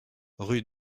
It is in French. rue